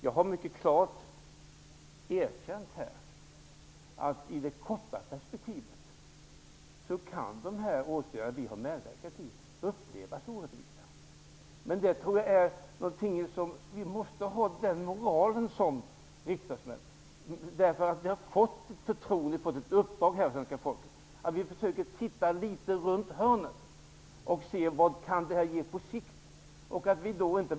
Jag har mycket klart erkänt att i det korta perspektivet kan de åtgärder vi har medverkat till upplevas som orättvisa. Jag tror att vi som riksdagsmän måste ha den moralen. Vi har fått förtroendet på uppdrag av svenska folket att försöka titta runt hörnet och se vad detta kan ge på sikt.